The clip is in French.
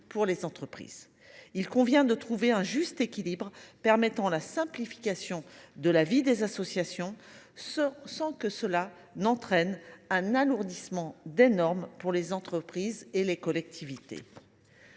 pour les entreprises. Il convient de trouver un juste équilibre permettant la simplification de la vie des associations sans que cela entraîne un alourdissement des normes pour les entreprises et les collectivités.